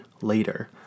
later